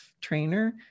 trainer